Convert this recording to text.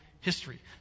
history